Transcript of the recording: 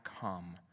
come